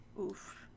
oof